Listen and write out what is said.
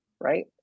right